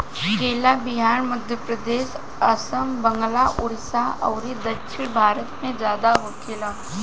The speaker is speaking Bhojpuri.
केला बिहार, मध्यप्रदेश, आसाम, बंगाल, उड़ीसा अउरी दक्षिण भारत में ज्यादा होखेला